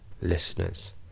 listeners